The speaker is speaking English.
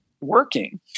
working